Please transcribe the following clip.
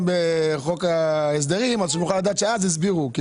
בחוק ההסדרים שנוכל לדעת שאז הסבירו.